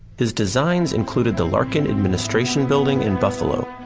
his designs included the larkin administration building in buffalo,